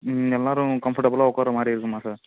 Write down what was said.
ம் எல்லாரும் கம்பர்டபுளாக உக்கார மாதிரி இருக்குமா சார்